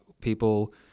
people